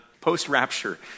post-rapture